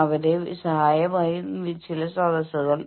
നിങ്ങളുടെ മുഷ്ടി മുറുകെ പിടിക്കുക അത് തുറക്കുക